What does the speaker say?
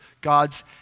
God's